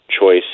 choice